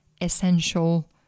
essential